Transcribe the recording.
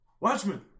Watchmen